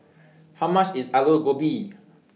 How much IS Alu Gobi